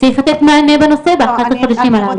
שיחפש מענה בנושא לחודשים הללו.